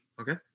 Okay